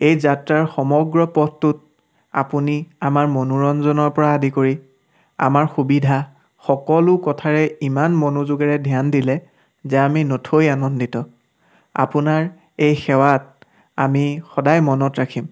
এই যাত্ৰাৰ সমগ্ৰ পথটোত আপুনি আমাৰ মনোৰঞ্জনৰ পৰা আমি কৰি আমাৰ সুবিধা সকলো কথাৰে ইমান মনোযোগেৰে ধ্য়ান দিলে যে আমি নথৈ আনন্দিত আপোনাৰ এই সেৱাক আমি সদায় মনত ৰাখিম